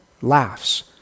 laughs